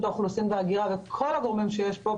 האוכלוסין וההגירה וכל הגורמים שיש פה,